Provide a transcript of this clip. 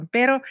Pero